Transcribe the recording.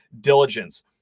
diligence